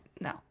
No